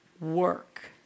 work